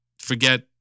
Forget